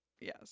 yes